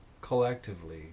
collectively